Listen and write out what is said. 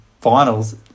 finals